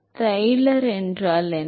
தௌர் என்றால் என்ன